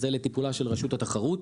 זה לטיפולה של רשות התחרות.